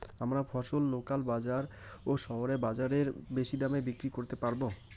আমরা ফসল লোকাল বাজার না শহরের বাজারে বেশি দামে বিক্রি করতে পারবো?